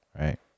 Right